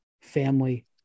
family